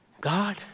God